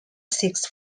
six